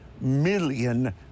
million